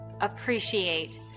appreciate